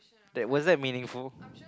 that wasn't meaningful